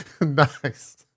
Nice